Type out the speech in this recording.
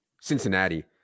Cincinnati